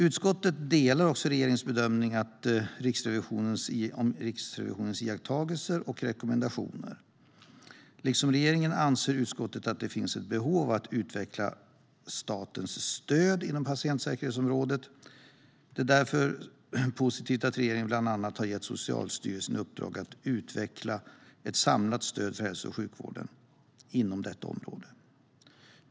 Utskottet delar regeringens bedömning av Riksrevisionens iakttagelser och rekommendationer. Liksom regeringen anser utskottet att det finns ett behov av att utveckla statens stöd inom patientsäkerhetsområdet. Det är därför positivt att regeringen bland annat har gett Socialstyrelsen i uppdrag att utveckla ett samlat stöd för hälso och sjukvården inom detta område.